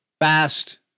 fast